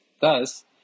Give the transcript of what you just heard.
Thus